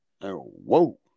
Whoa